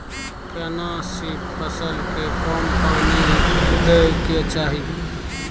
केना सी फसल के कम पानी दैय के चाही?